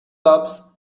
cubs